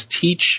teach